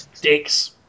dicks